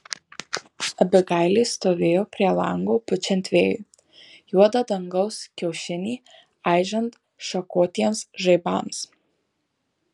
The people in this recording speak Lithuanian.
abigailė stovėjo prie lango pučiant vėjui juodą dangaus kiaušinį aižant šakotiems žaibams